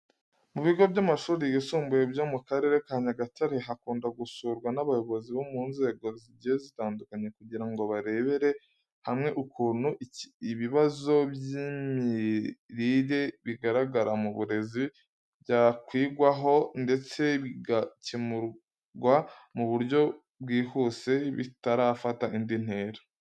Mu bigo by'amashuri yisumbuye byo mu Karere ka Nyagatare hakunda gusurwa n'abayobozi bo mu nzego zigiye zitandukanye kugira ngo barebere hamwe ukuntu ibibazo by'imirire bigaragara mu burezi byakwigwaho ndetse bigakemurwa mu buryo bwihuse bitarafata indi ntera.